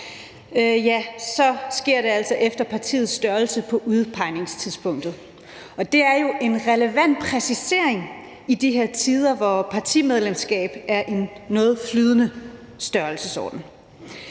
DR, sker det altså efter partiets størrelse på udpegningstidspunktet. Det er jo en relevant præcisering i de her tider, hvor partimedlemskab er en noget flydende størrelse.